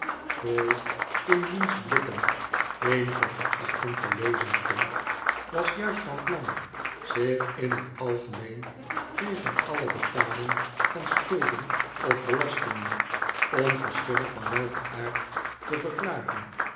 crowl in wiens blikken eenige verachting te lezen stond was juist van plan zich in het algemeen tegen alle betaling van schulden of belastingen onverschillig van welken aard te verklaren